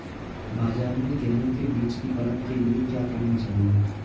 बाज़ार में गेहूँ के बीज की परख के लिए क्या करना चाहिए?